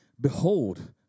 Behold